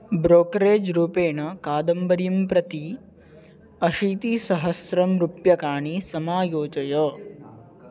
brokerage रूपेण कादम्बरीं प्रति अशीतिसहस्रं रूप्यकाणि समायोजय